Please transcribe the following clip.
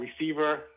receiver